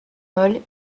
molle